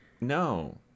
No